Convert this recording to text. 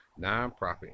Nonprofit